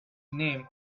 name